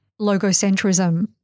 logocentrism